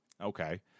okay